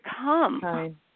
come